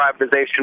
privatization